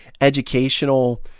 educational